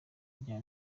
rya